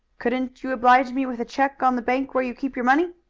couldn't you oblige me with a check on the bank where you keep your money?